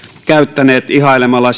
käyttäneet ihailemalla